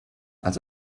als